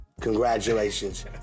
Congratulations